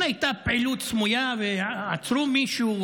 אם הייתה פעילות סמויה ועצרו מישהו,